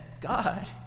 god